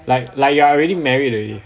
like like you're already married already